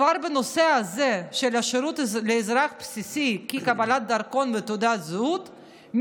כבר בנושא הזה של שירות בסיסי לאזרח כקבלת דרכון ותעודת זהות,